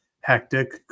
hectic